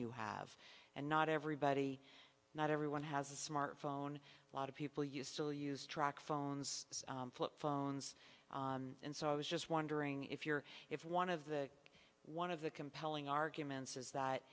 you have and not everybody not everyone has a smartphone a lot of people you still use track phones flip phones and so i was just wondering if you're if one of the one of the compelling arguments is that